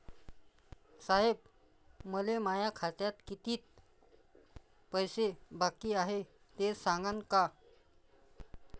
साहेब, मले माया खात्यात कितीक पैसे बाकी हाय, ते सांगान का?